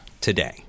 today